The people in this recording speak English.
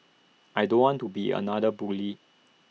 I don't want to be another bully